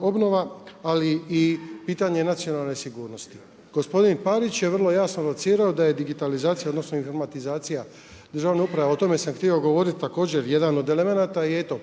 obnova ali i pitanje nacionalne sigurnosti. Gospodin Parić je vrlo jasno locirao da je digitalizacija odnosno informatizacija državne uprave a o tome sam htio govoriti također jedan od elemenata i eto